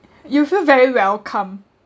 you feel very welcome